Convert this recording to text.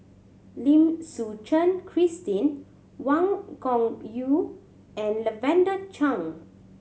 Lim Suchen Christine Wang Gungwu and Lavender Chang